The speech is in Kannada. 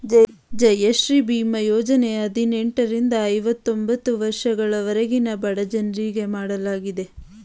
ಜನಶ್ರೀ ಬೀಮಾ ಯೋಜನೆ ಹದಿನೆಂಟರಿಂದ ಐವತೊಂಬತ್ತು ವರ್ಷದವರೆಗಿನ ಬಡಜನರಿಗೆ ಮಾಡಲಾಗಿದೆ